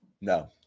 No